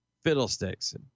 Fiddlesticks